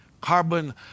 carbon